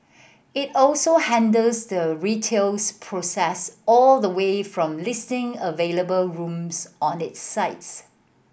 it also handles the retails process all the way from listing available rooms on its sites